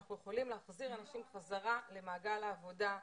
אנחנו יכולים להחזיר אנשים חזרה למעגל העבודה,